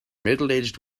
middleaged